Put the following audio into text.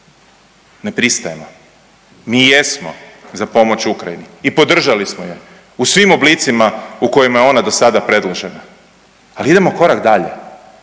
ne pristajemo, mi jesmo za pomoć Ukrajini i podržali smo je u svim oblicima u kojima je ona dosada predložena, ali idemo korak dalje,